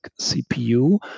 CPU